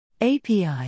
API